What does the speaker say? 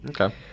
Okay